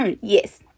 yes